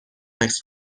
عکس